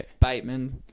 Bateman